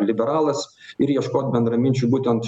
liberalas ir ieškot bendraminčių būtent